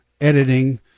editing